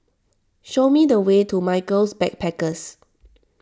show me the way to Michaels Backpackers